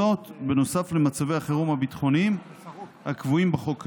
זאת בנוסף למצבי החירום הביטחוניים הקבועים בחוק כיום.